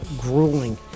grueling